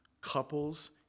couples